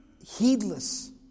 heedless